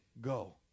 go